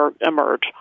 emerge